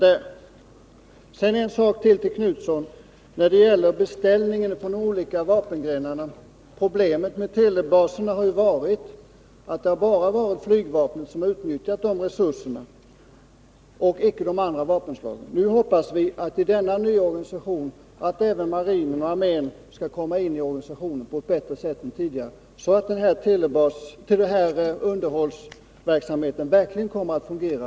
Till Göthe Knutson vill jag när det gäller beställningen från de olika vapengrenarna säga: Problemet med telebaserna har varit att endast Nr 150 flygvapnet har utnyttjat dessa resurser och inte de andra vapenslagen. Nu SN SE 5 : Torsdagen den hoppas vi att i den nya organisationen även marinen och armén skall komma